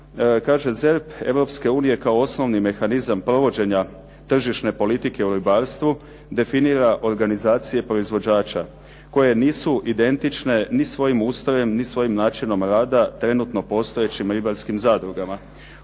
unije kao osnovni mehanizam provođenja tržišne politike u ribarstvu definira organizacije proizvođača koje nisu identične ni svojim ustrojem, ni svojim načinom rada trenutno postojećim ribarskim zadrugama.